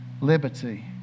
Liberty